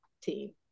team